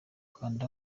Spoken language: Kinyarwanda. kanda